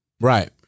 right